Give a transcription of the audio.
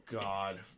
God